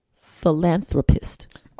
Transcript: philanthropist